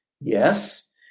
yes